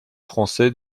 français